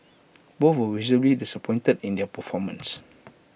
both were visibly disappointed in their performance